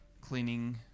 cleaning